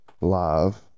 live